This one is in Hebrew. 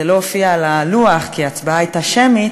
זה לא הופיע על הלוח כי ההצבעה הייתה שמית,